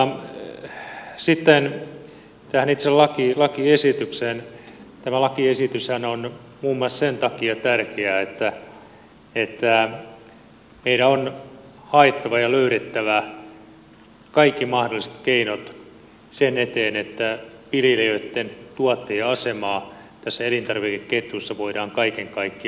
tämä lakiesityshän on muun muassa sen takia tärkeä että meidän on haettava ja löydettävä kaikki mahdolliset keinot sen eteen että viljelijöitten tuottaja asemaa tässä elintarvikeketjussa voidaan kaiken kaikkiaan parantaa